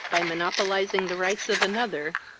by monopolizing the rights of another,